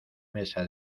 mesa